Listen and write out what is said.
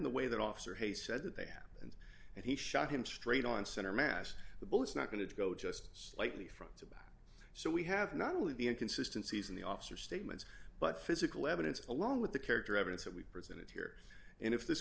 the way that officer haye said that they had and he shot him straight on center mass the bullets not going to go just slightly front so we have not only the inconsistency in the officer statements but physical evidence along with the character evidence that we've presented here and if this